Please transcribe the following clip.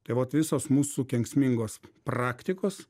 tai vat visos mūsų kenksmingos praktikos